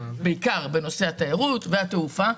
בעיקר בנושא התיירות והתעופה.